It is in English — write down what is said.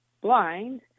blind